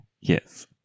Yes